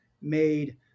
made